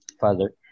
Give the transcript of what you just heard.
father